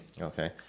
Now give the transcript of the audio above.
Okay